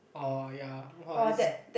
orh ya !wah! it's